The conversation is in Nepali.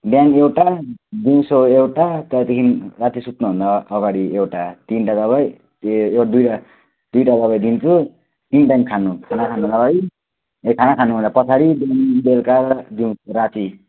बिहान एउटा दिउँसो एउटा त्यहाँदेखि राति सुत्नुभन्दा अगाडि एउटा तिनवटा दबाई ए दुईवटा दुईवटा दबाई दिन्छु तिन टाइम खानु खाना खानु अगाडि ए खाना खानुभन्दा पछाडि त्यहाँदेखि बेलुका राति